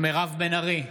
מירב בן ארי,